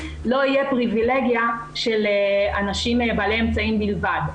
לא תהיה פריבילגיה של אנשים בעלי אמצעים בלבד.